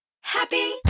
Happy